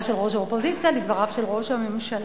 של ראש האופוזיציה לדבריו של ראש הממשלה.